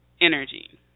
energy